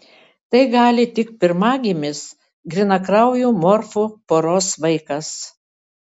tai gali tik pirmagimis grynakraujų morfų poros vaikas